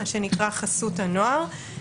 מה שנקרא חסות הנוער.